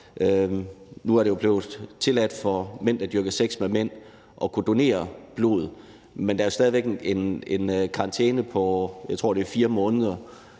Nu er det jo blevet tilladt for mænd, der dyrker sex med mænd, at kunne donere blod, men der er stadig væk en karantæne på, jeg